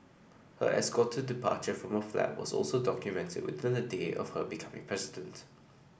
her escorted departure from her flat was also documents within a day of her becoming president